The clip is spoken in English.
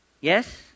Yes